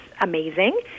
amazing